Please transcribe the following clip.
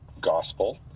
gospel